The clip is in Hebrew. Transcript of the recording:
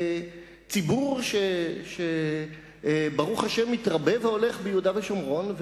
לציבור שברוך השם מתרבה והולך ביהודה ושומרון,